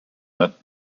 not